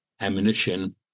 ammunition